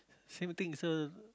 same thing so